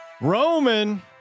Roman